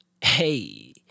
Hey